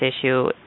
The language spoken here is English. issue